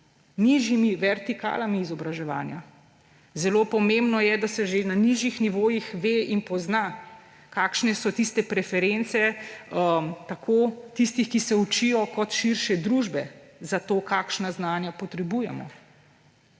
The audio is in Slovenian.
nižjimi vertikalami izobraževanja. Zelo pomembno je, da se že na nižjih nivojih ve in pozna, kakšne so tiste preference tako tistih, ki se učijo, kot širše družbe za to, kakšna znanja potrebujemo